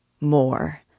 More